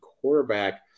quarterback